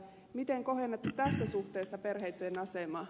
miten kohennatte tässä suhteessa perheitten asemaa